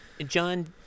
John